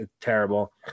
terrible